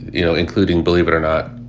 you know, including, believe it or not,